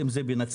אם זה בנצרת,